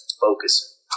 focus